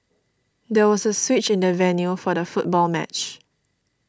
there was a switch in the venue for the football match